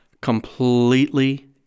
Completely